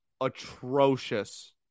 atrocious